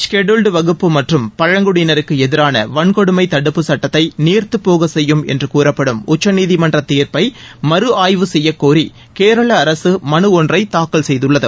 scheduled வகுப்பு மற்றும் பழங்குடியினருக்கு எதிரான வன்கொடுமை தடுப்புச் சுட்டத்தை நீர்த்து போக செய்யும் என்று கூறப்டும் உச்சநீதிமன்ற தீர்ப்பை மறுஆய்வு செய்யக்கோரி கேரள அரசு மலு ஒன்றை தாக்கல் செய்துள்ளது